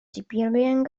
sibirien